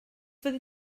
fyddi